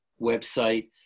website